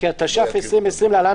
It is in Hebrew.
התש"ף 2020‏ (להלן,